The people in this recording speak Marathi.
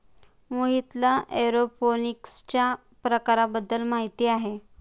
मोहितला एरोपोनिक्सच्या प्रकारांबद्दल माहिती आहे